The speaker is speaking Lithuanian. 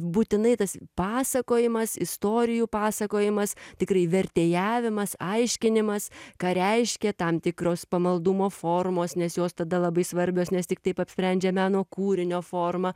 būtinai tas pasakojimas istorijų pasakojimas tikrai vertėjavimas aiškinimas ką reiškia tam tikros pamaldumo formos nes jos tada labai svarbios nes tik taip apsprendžia meno kūrinio formą